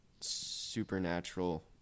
Supernatural